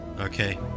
Okay